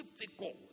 difficult